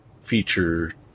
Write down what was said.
feature